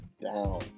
down